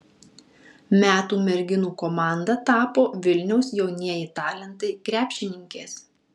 metų merginų komanda tapo vilniaus jaunieji talentai krepšininkės